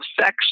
sex